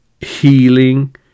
healing